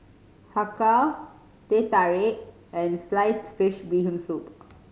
Har Kow Teh Tarik and sliced fish Bee Hoon Soup